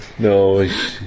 No